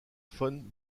von